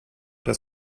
das